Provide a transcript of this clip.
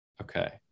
Okay